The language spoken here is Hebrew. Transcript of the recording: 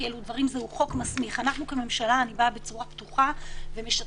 כי זהו חוק מסמיך אני באה בצורה פתוחה ומשתפת